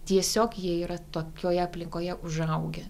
tiesiog jie yra tokioje aplinkoje užaugę